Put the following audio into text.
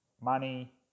Money